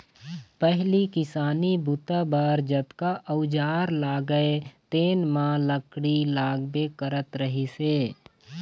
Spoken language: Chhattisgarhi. पहिली किसानी बूता बर जतका अउजार लागय तेन म लकड़ी लागबे करत रहिस हे